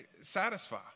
satisfy